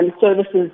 services